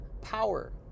power